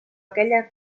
aquell